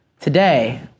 Today